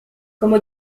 como